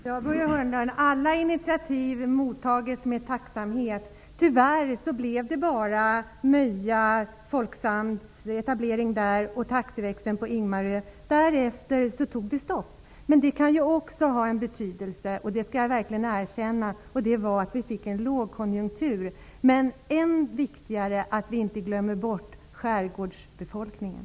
Herr talman! Alla initiativ mottages med tacksamhet, Börje Hörnlund. Tyvärr blev det bara Ingmarsö. Därefter tog det stopp. Men det kan också ha betydelse att vi fick en lågkonjunktur. Det skall jag verkligen erkänna. Än viktigare är det då att vi inte glömmer bort skärgårdsbefolkningen.